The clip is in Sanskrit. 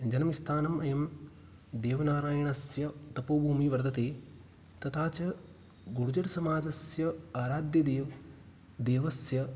जन्मस्थानं अयं देवनारायणस्य तपोभूमिः वर्तते तथा च गुर्जर्समाजस्य आराध्यदेव् देवस्य